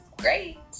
great